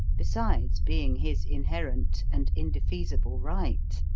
besides being his inherent and indefeasible right.